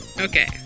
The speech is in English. Okay